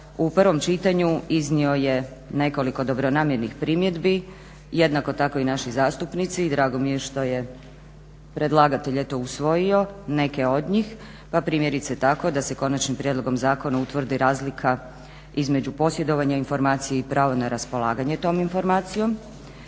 u prvom čitanju iznio je nekoliko dobronamjernih primjedbi, jednako tako i naši zastupnici i drago mi je što je predlagatelj eto usvojio neke od njih. Pa primjerice tako da se konačnim prijedlogom zakona utvrdi razlika između posjedovanja informacije i pravo na raspolaganje tom informacijom.